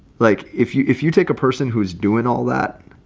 like if you if you take a person who is doing all that,